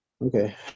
Okay